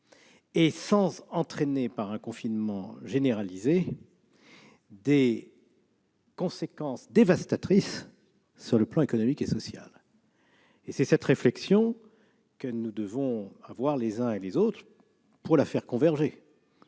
ni entraîner, par un confinement généralisé, des conséquences dévastatrices sur le plan économique et social. Telle est la réflexion que nous devons mener, les uns et les autres, pour la faire converger.